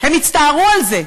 הם הצטערו על זה.